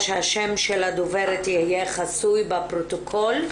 שהשם של הדוברת יהיה חסוי בפרוטוקול.